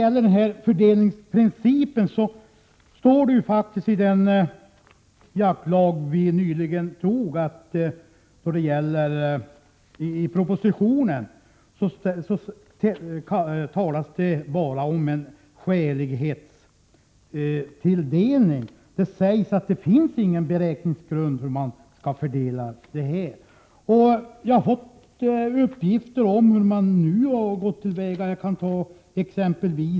I fråga om fördelningsprincipen står det faktiskt i den jaktlag som vi nyligen har fattat beslut om bara om skälighetstilldelning. Det framhålls att det saknas beräkningsgrund när det gäller fördelning. Jag har fått uppgift om hur man nu har gått till väga.